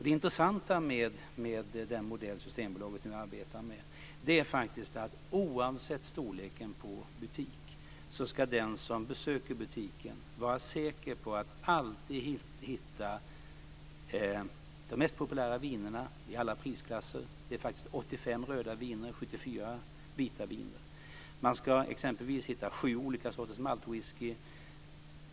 Det intressanta med den modell som Systembolaget nu arbetar med är att oavsett storleken på butik ska den som besöker butiken vara säker på att alltid hitta de mest populära vinerna i alla prisklasser. Det gäller 85 röda viner och 74 vita viner. Man ska exempelvis hitta sju olika sorters maltwhisky.